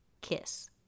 kiss